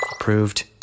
Approved